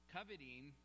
Coveting